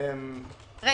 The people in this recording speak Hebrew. לא.